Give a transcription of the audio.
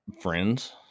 friends